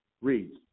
reads